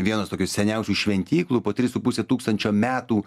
vienos tokių seniausių šventyklų po tris su puse tūkstančio metų